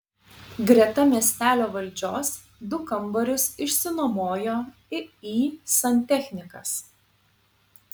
greta miestelio valdžios du kambarius išsinuomojo iį santechnikas